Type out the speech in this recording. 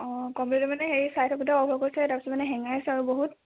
অঁ কম্পিউটাৰটো মানে হেৰি চাই থাকোঁতে অ'ফ হৈ গৈছে তাৰ পাছত মানে হেঙাইছে আৰু বহুত